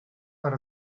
per